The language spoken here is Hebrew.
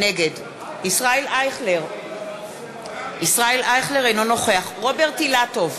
נגד ישראל אייכלר, אינו נוכח רוברט אילטוב,